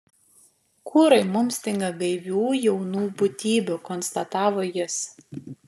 kūrai mums stinga gaivių jaunų būtybių konstatavo jis